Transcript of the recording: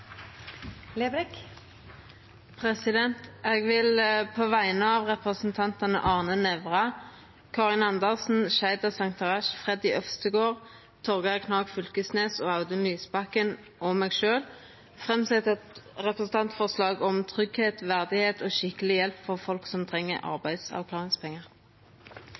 et representantforslag. Eg vil på vegner av representantane Arne Nævra, Karin Andersen, Sheida Sangtarash, Freddy André Øvstegård, Torgeir Knag Fylkesnes, Audun Lysbakken og meg sjølv framsetja eit forslag om tryggleik, verdigheit og skikkeleg hjelp for folk som treng arbeidsavklaringspengar.